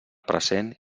present